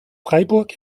freiburg